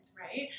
right